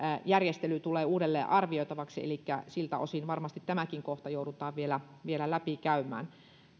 järjestely tulee uudelleenarvioitavaksi elikkä siltä osin varmasti tämäkin kohta joudutaan vielä vielä läpikäymään